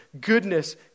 goodness